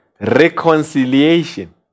reconciliation